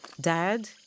Dad